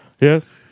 Yes